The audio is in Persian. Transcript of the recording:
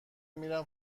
میرم